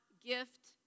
gift